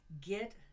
Get